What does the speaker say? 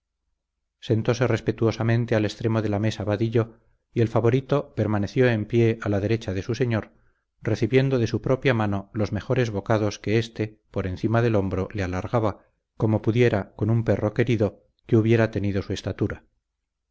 sentóse respetuosamente al extremo de la mesa vadillo y el favorito permaneció en pie a la derecha de su señor recibiendo de su propia mano los mejores bocados que éste por encima del hombro le alargaba como pudiera con un perro querido que hubiera tenido su estatura